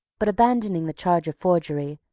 but, abandoning the charge of forgery,